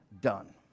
done